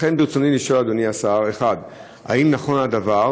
לכן, ברצוני לשאול, אדוני השר: 1. האם נכון הדבר?